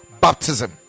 baptism